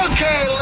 Okay